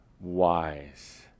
wise